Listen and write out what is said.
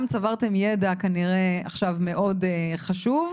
גם צברתם ידע כנראה עכשיו מאוד חשוב.